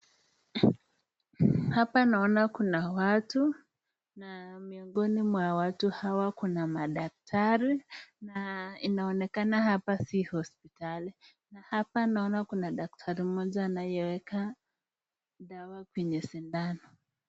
Hapa naona kuna watu na miongoni mwa watu hawa kuna madaktari na inaonekana hapa si hospitali. Hapa naona kuna daktari mmoja anayoweka dawa kwenye sindano.